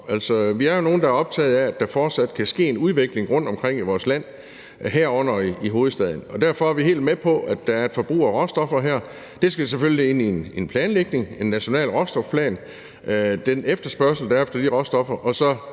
vi er jo nogle, der er optaget af, at der fortsat kan ske en udvikling rundtomkring i vores land, herunder i hovedstaden. Derfor er vi helt med på, at der er et forbrug af råstoffer her, og den efterspørgsel, der er på de råstoffer, skal